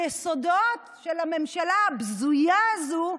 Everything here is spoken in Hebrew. מהיסודות של הממשלה הבזויה הזאת,